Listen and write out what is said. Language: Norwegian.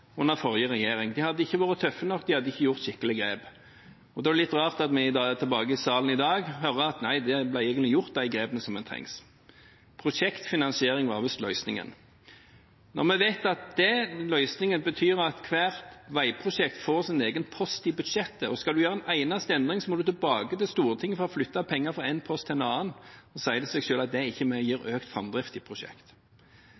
under den forrige regjeringen. De hadde ikke vært tøffe nok, de hadde ikke tatt skikkelige grep. Da er det litt rart at vi i salen i dag får høre: Nei, det ble egentlig gjort de grepene som trengtes. Prosjektfinansiering var visst løsningen. Når vi vet at den løsningen betyr at hvert veiprosjekt får sin egen post i budsjettet, og at en, hvis en skal gjøre en eneste endring, må tilbake til Stortinget for å flytte penger fra en post til en annen, sier det seg selv at det ikke gir økt framdrift i